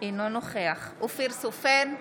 אינו נוכח אופיר סופר,